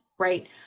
right